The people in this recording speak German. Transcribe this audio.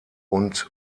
und